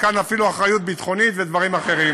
וכאן אפילו אחריות ביטחונית ודברים אחרים.